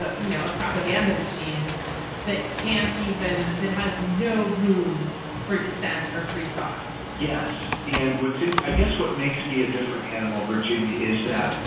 ah you know, a propaganda machine that can't even that has no room for dissent or free thought yes. and what since i guess what makes me a different animal, virginia, is that,